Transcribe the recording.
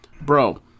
bro